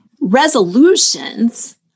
Resolutions